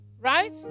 right